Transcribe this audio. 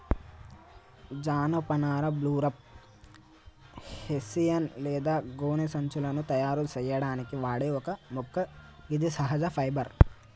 జనపనార burlap, hessian లేదా గోనె సంచులను తయారు సేయడానికి వాడే ఒక మొక్క గిది సహజ ఫైబర్